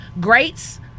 greats